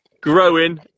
growing